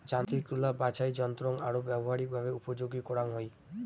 যান্ত্রিক তুলা বাছাইযন্ত্রৎ আরো ব্যবহারিকভাবে উপযোগী করাঙ হই